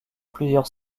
plusieurs